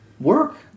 Work